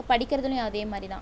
படிக்கிறதுலையும் அதே மாதிரிதான்